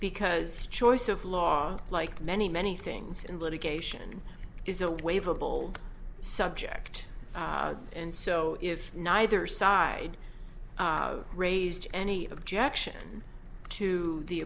because choice of law like many many things in litigation is a waiver bold subject and so if neither side raised any objection to the